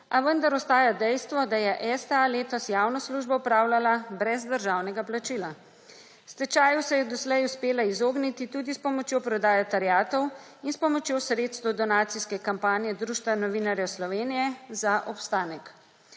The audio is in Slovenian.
a vendar ostaja dejstvo, da je STA letos javno službo opravljala brez državnega plačila. Stečaju se je doslej uspela izogniti tudi s pomočjo prodaje terjatev in s pomočjo sredstev donacijske kampanje Društva novinarjev Slovenije za obstanek.